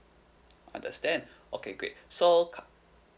understand okay great so cur~